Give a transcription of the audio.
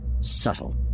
Subtle